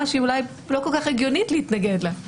שהיא אולי לא כל כך הגיונית להתנגד לה.